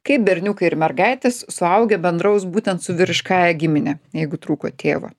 kaip berniukai ir mergaitės suaugę bendraus būtent su vyriškąja gimine jeigu trūko tėvo